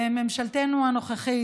ממשלתנו הנוכחית,